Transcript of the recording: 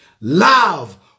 Love